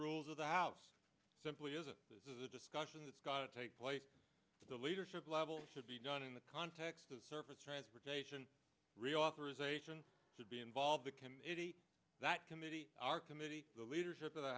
rules of the house simply isn't this is a discussion that's going to take place the leadership level should be done in the context of surface transportation reauthorization to be involved in that committee our committee the leadership of the